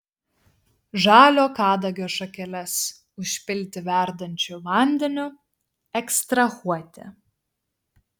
žalio kadagio šakeles užpilti verdančiu vandeniu ekstrahuoti